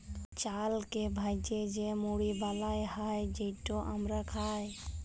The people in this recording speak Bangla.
চালকে ভ্যাইজে যে মুড়ি বালাল হ্যয় যেট আমরা খাই